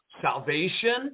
salvation